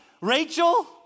Rachel